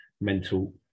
mental